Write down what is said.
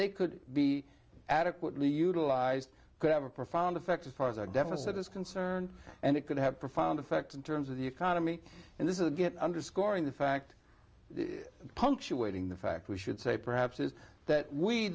they could be adequately utilized could have a profound effect as far as our deficit is concerned and it could have profound effects in terms of the economy and this is a good underscoring the fact punctuating the fact we should say perhaps is that we